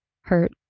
hurt